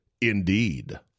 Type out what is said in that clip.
Indeed